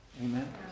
Amen